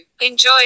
Enjoy